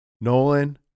Nolan